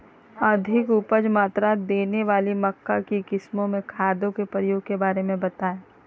अधिक उपज मात्रा देने वाली मक्का की किस्मों में खादों के प्रयोग के बारे में बताएं?